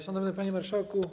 Szanowny Panie Marszałku!